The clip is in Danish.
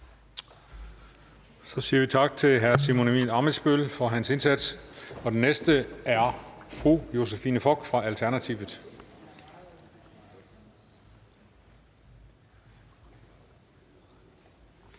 Så siger vi tak til hr. Simon Emil Ammitzbøll for hans indsats. Den næste er fru Josephine Fock fra Alternativet.